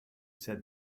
said